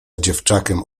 dziewczakiem